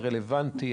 הרלוונטי,